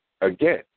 Again